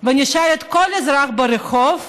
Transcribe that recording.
ונשאל כל אזרח ברחוב,